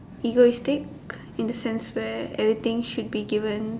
egoistic in the sense that everything should be given